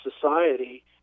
society